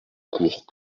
cours